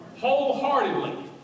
Wholeheartedly